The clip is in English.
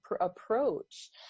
approach